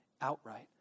outright